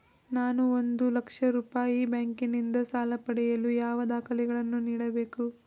ನಾನು ಒಂದು ಲಕ್ಷ ರೂಪಾಯಿ ಬ್ಯಾಂಕಿನಿಂದ ಸಾಲ ಪಡೆಯಲು ಯಾವ ದಾಖಲೆಗಳನ್ನು ನೀಡಬೇಕು?